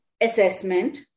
assessment